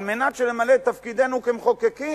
על מנת שנמלא את תפקידנו כמחוקקים.